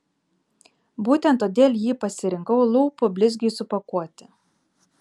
būtent todėl jį pasirinkau lūpų blizgiui supakuoti